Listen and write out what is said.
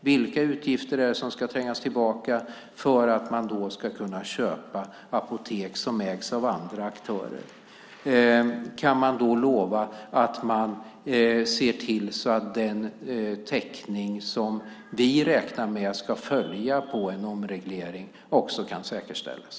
Vilka utgifter ska trängas tillbaka för att man ska kunna köpa apotek som ägs av andra aktörer? Kan man lova att man ser till att den täckning som vi räknar med ska följa på en omreglering också kan säkerställas?